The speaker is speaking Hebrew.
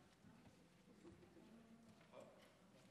ליצמן.